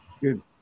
Good